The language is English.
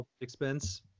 Expense